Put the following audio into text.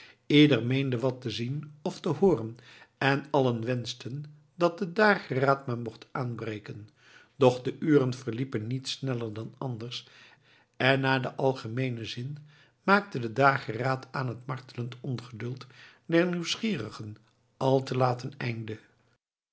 ieder meende wat te zien of te hooren en allen wenschten dat de dageraad maar mocht aanbreken doch de uren verliepen niet sneller dan anders en naar den algemeenen zin maakte de dageraad aan het martelend ongeduld der nieuwsgierigen al te laat een einde